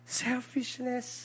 selfishness